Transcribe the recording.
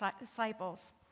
disciples